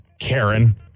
Karen